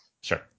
Sure